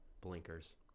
blinkers